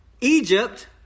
Egypt